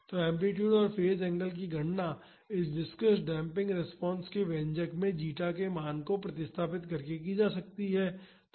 तो एम्पलीटूड और phase angle कि गणना इस विस्कॉस डेम्पिंग रिस्पांस के व्यंजक में जीटा के मान को प्रतिस्थापित करके की जा सकती है